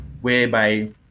whereby